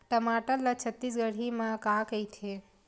टमाटर ला छत्तीसगढ़ी मा का कइथे?